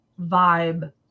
vibe